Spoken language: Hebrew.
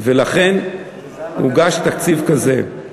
ולכן הוגש תקציב כזה.